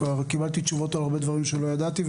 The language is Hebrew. קיבלתי תשובות על הרבה דברים שלא ידעתי,